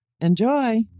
enjoy